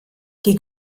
die